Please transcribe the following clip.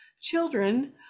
children